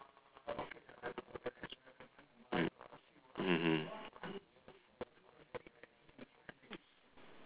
mm mmhmm